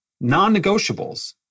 non-negotiables